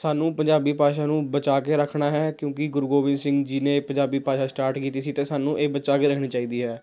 ਸਾਨੂੰ ਪੰਜਾਬੀ ਭਾਸ਼ਾ ਨੂੰ ਬਚਾ ਕੇ ਰੱਖਣਾ ਹੈ ਕਿਉਂਕਿ ਗੁਰੂ ਗੋਬਿੰਦ ਸਿੰਘ ਜੀ ਨੇ ਪੰਜਾਬੀ ਭਾਸ਼ਾ ਸਟਾਰਟ ਕੀਤੀ ਸੀ ਅਤੇ ਸਾਨੂੰ ਇਹ ਬਚਾ ਕੇ ਰੱਖਣੀ ਚਾਹੀਦੀ ਹੈ